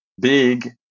big